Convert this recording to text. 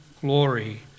glory